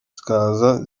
zikaza